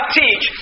teach